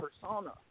persona